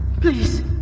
Please